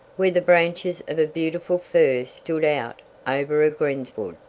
where the branches of a beautiful fir stood out over a greensward,